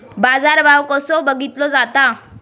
बाजार भाव कसो बघीतलो जाता?